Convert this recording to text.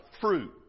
fruit